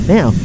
Now